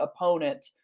opponent